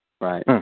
Right